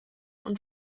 und